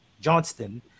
Johnston